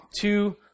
two